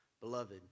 Beloved